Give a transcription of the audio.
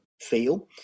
feel